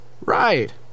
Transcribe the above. Right